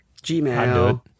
gmail